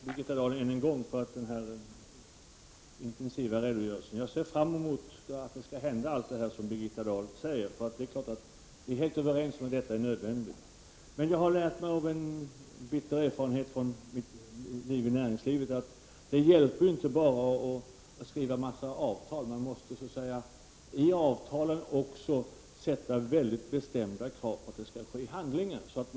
Fru talman! Jag vill än en gång tacka Birgitta Dahl för den här utförliga redogörelsen. Jag ser fram emot att allt det som Birgitta Dahl här berättat om skall hända. Vi är helt överens om att detta är nödvändigt. Av bitter erfa — Prot. 1989/90:43 renhet från min tid i näringslivet vet jag att det inte hjälper med att skriva 11 december 1989 en massa avtal. Man måste i avtalen också ställa väldigt bestämda krav på. att det även blir handlingar.